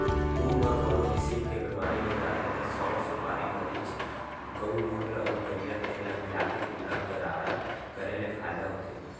मुंह म कोनो किसम के बेमारी हो जाथे त सौंठ, सुपारी, मरीच, गउमूत्र अउ नरियर तेल ल मिलाके कुल्ला गरारा करे ले फायदा होथे